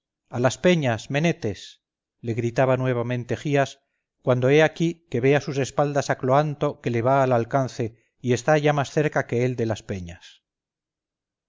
a las peñas menetes le gritaba nuevamente gías cuando he aquí que ve a sus espaldas a cloanto que le va al alcance y está ya más cerca que él de las peñas